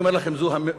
אני אומר לכם, זו ממשלה,